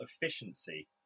efficiency